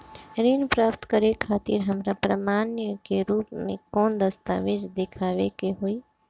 ऋण प्राप्त करे खातिर हमरा प्रमाण के रूप में कौन दस्तावेज़ दिखावे के होई?